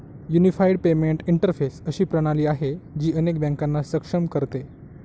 unified payment interface अशी प्रणाली आहे, जी अनेक बँकांना सक्षम करते